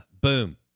boom